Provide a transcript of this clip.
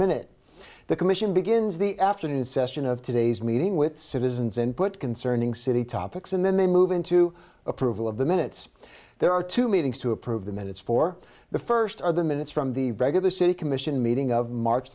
minute the commission begins the afternoon session of today's meeting with citizens input concerning city topics and then they move into approval of the minutes there are two meetings to approve the minutes for the first are the minutes from the regular city commission meeting of march